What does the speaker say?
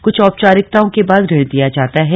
कुछ औपचारिकताओं के बाद ऋण दिया जाता है